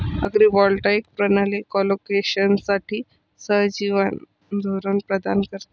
agrivoltaic प्रणाली कोलोकेशनसाठी सहजीवन धोरण प्रदान करते